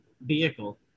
vehicle